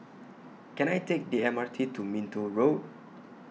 Can I Take The M R T to Minto Road